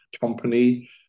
company